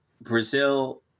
brazil